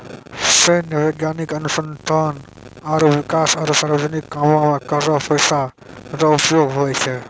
सैन्य, वैज्ञानिक अनुसंधान आरो बिकास आरो सार्वजनिक कामो मे कर रो पैसा रो उपयोग हुवै छै